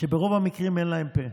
שברוב המקרים אין להן פה.